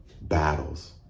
battles